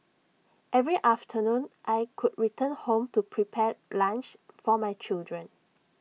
every afternoon I could return home to prepare lunch for my children